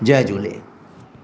जय झूले